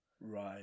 Right